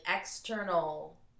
external